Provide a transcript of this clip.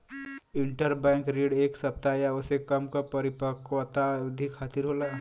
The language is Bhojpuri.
इंटरबैंक ऋण एक सप्ताह या ओसे कम क परिपक्वता अवधि खातिर होला